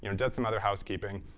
you know does some other housekeeping.